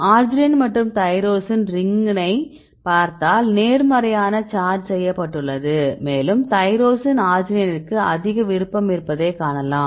arginine மற்றும் tyrosine ரிங்கினை பார்த்தால் நேர்மறையான சார்ஜ் செய்யப்பட்டுள்ளது மேலும் தைரோசின் அர்ஜினைனுக்கு அதிக விருப்பம் இருப்பதைக் காணலாம்